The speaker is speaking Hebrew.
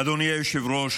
אדוני היושב-ראש,